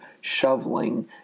shoveling